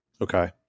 Okay